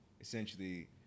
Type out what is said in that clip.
essentially